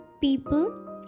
people